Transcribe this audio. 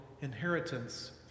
inheritance